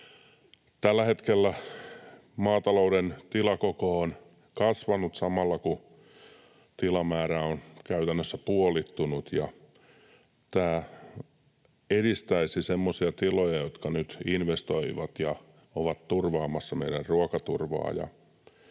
Tällä hetkellä maatalouden tilakoko on kasvanut samalla kun tilamäärä on käytännössä puolittunut, ja tämä edistäisi semmoisia tiloja, jotka nyt investoivat ja ovat turvaamassa meidän ruokaturvaa.